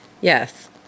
Yes